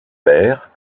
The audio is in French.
paire